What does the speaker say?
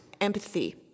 empathy